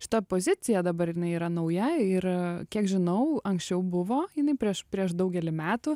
šita pozicija dabar jinai yra nauja ir kiek žinau anksčiau buvo jinai prieš prieš daugelį metų